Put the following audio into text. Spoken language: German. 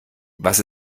was